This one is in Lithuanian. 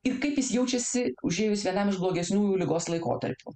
ir kaip jis jaučiasi užėjus vienam iš blogesniųjų ligos laikotarpių